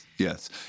Yes